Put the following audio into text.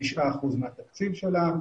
9 אחוזים מהתקציב שלה.